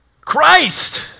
Christ